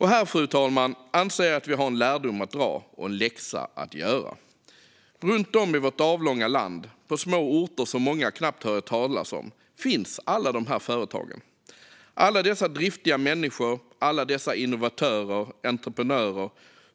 Här, fru talman, anser jag att vi har en lärdom att dra och en läxa att göra. Runt om i vårt avlånga land på små orter som många knappt har hört talas om finns alla de här företagen, alla dessa driftiga människor och alla dessa innovatörer och entreprenörer.